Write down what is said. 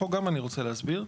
פה גם אני רוצה להסביר.